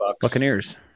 Buccaneers